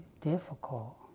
difficult